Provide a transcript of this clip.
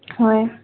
হয়